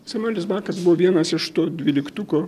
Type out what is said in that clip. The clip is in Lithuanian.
samuelis bakas buvo vienas iš to dvyliktuko